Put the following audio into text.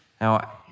Now